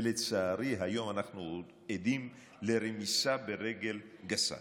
ולצערי היום אנחנו עדים לרמיסה ברגל גסה.